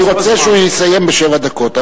אני רוצה שהוא יסיים בשבע דקות.